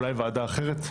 אולי ועדה אחרת,